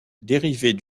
dérivée